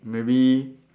maybe